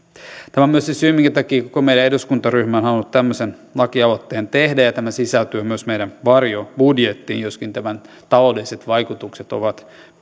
tämä on myös se syy minkä takia koko meidän eduskuntaryhmä on halunnut tämmöisen lakialoitteen tehdä ja tämä sisältyy myös meidän varjobudjettiin joskin tämän taloudelliset vaikutukset ovat